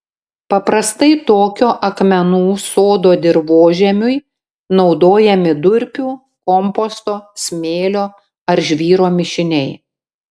paprastai tokio akmenų sodo dirvožemiui naudojami durpių komposto smėlio ar žvyro mišiniai